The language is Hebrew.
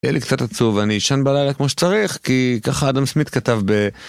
יהיה לי קצת עצוב, אני אשן בלילה כמו שצריך, כי ככה אדם סמית כתב ב...